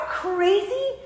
crazy